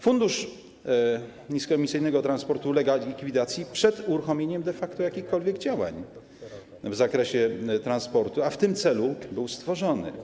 Fundusz Niskoemisyjnego Transportu ulega likwidacji przed uruchomieniem jakichkolwiek działań w zakresie transportu, a w tym celu był stworzony.